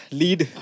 lead